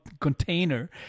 container